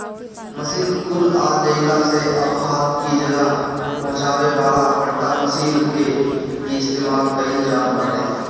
machine कुल आ जइला से अब हाथ कि जगह पहुंचावे वाला पट्टा मशीन कअ ही इस्तेमाल कइल जात बाटे